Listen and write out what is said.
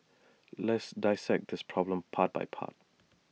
let's dissect this problem part by part